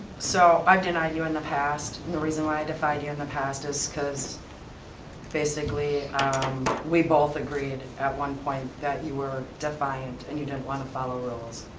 so i denied you in the past, and the reason why i defied you in the past is because basically we both agreed at one point that you were defiant and you didn't wanna follow rules,